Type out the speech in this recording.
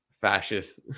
fascist